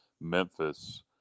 Memphis